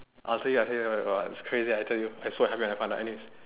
I tell you I tell you oh it's crazy I tell you I swear I never